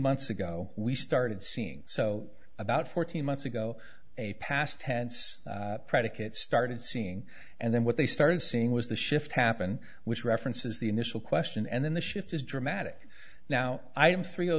months ago we started seeing so about fourteen months ago a past tense predicate started seeing and then what they started seeing was the shift happen which references the initial question and then the shift is dramatic now i am three o